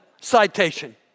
citation